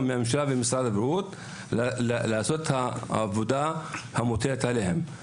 מהממשלה וגם ממשרד הבריאות לעשות את העבודה המוטלת עליהם.